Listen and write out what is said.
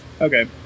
Okay